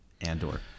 Andor